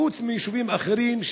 וזה חוץ מיישובים אחרים,